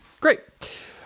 Great